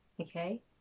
okay